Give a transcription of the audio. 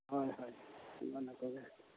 ᱦᱳᱭ ᱦᱳᱭ ᱚᱱ ᱚᱱᱟ ᱠᱚᱜᱮ